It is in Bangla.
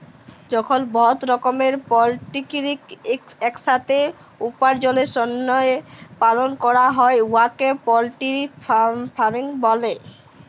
যখল বহুত রকমের পলটিরিকে ইকসাথে উপার্জলের জ্যনহে পালল ক্যরা হ্যয় উয়াকে পলটিরি ফার্মিং ব্যলে